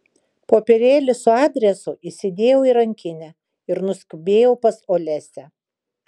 popierėlį su adresu įsidėjau į rankinę ir nuskubėjau pas olesią